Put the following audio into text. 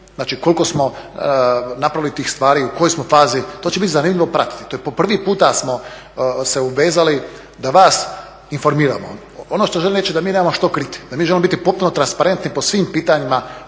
znači koliko smo napravili tih stvari, u kojoj smo fazi, to će biti zanimljivo pratiti, to je po prvi puta smo se uvezali da vas informiramo. Ono što želim reći je da mi nemamo što kriti. Da mi želimo biti potpuno transparentni po svim pitanjima